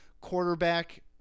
quarterback